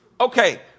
Okay